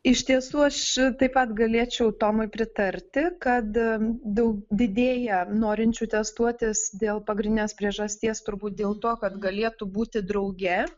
iš tiesų aš taip pat galėčiau tomui pritarti kad daug didėja norinčių testuotis dėl pagrindinės priežasties turbūt dėl to kad galėtų būti drauge